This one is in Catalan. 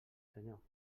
senyor